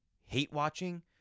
hate-watching